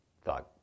thought